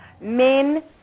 Men